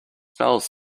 smells